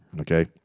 okay